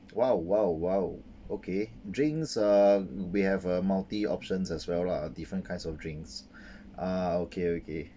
!wow! !wow! !wow! okay drinks uh we have uh multi options as well lah different kinds of drinks ah okay okay